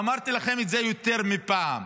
אמרתי לכם את זה יותר מפעם,